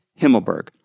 Himmelberg